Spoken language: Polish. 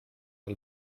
sam